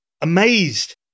amazed